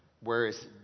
Whereas